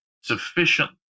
sufficient